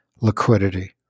liquidity